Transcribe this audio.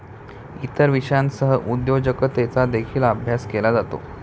इतर विषयांसह उद्योजकतेचा देखील अभ्यास केला जातो